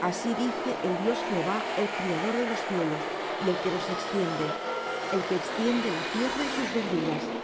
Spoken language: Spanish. así dice el dios jehová el criador de los cielos y el que los extiende el que extiende la tierra y sus verduras